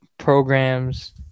Programs